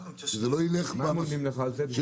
שזה לא ילך במסלול